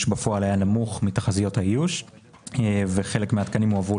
בפועל היה נמוך מתחזיות האיוש וחלק מהתקנים הועברו